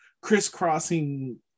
crisscrossing